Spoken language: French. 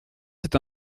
c’est